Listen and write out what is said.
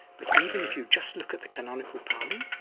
but even if you just look at the canonical pali,